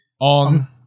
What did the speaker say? On